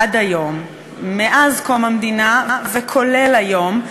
מקום המדינה ועד היום,